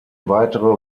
weitere